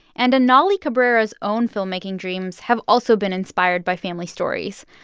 and anali cabrera's own filmmaking dreams have also been inspired by family stories,